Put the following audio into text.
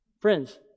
Friends